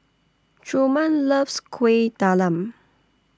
Truman loves Kuih Talam